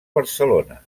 barcelona